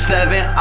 Seven